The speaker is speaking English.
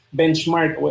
benchmark